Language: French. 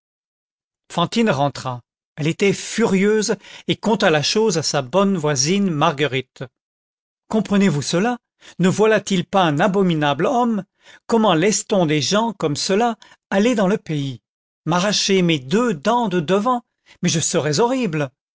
fantine rentra elle était furieuse et conta la chose à sa bonne voisine marguerite comprenez-vous cela ne voilà-t-il pas un abominable homme comment laisse t on des gens comme cela aller dans le pays m'arracher mes deux dents de devant mais je serais horrible